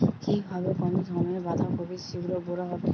কিভাবে কম সময়ে বাঁধাকপি শিঘ্র বড় হবে?